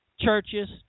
churches